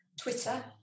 Twitter